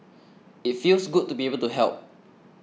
it feels good to be able to help